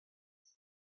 asked